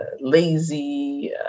lazy